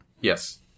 Yes